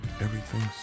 Everything's